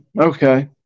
Okay